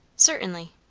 certainly.